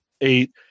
eight